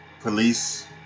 police